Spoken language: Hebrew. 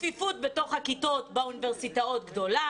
הצפיפות בתוך הכיתות בתוך האוניברסיטאות גדולה